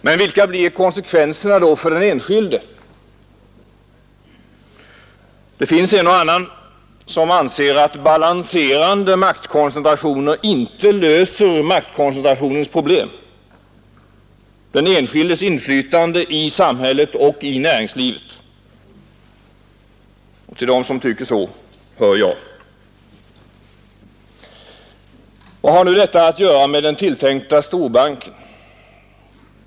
Men vilka blir konsekvenserna för den enskilde? En och annan anser att balanserande maktkoncentrationer inte löser maktkoncentrationens problem — inte tillgodoser den enskildes inflytande i samhället och i näringslivet. Till dem som tycker så hör jag. Vad har nu detta att göra med den tilltänkta storbanken?